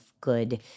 good